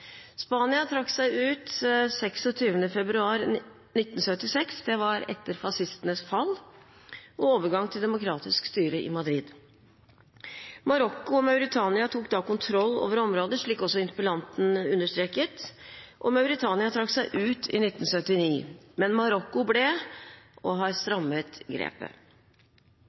Spania trakk seg ut 26. februar 1976. Det var etter fascistenes fall og overgang til demokratisk styre i Madrid. Marokko og Mauritania tok da kontroll over området – som også interpellanten understreket. Mauritania trakk seg ut i 1979, men Marokko ble – og har strammet grepet.